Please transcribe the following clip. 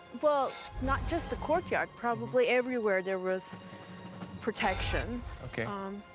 well, not just a courtyard, probably everywhere there was protection. ok. um,